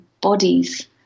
bodies